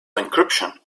encryption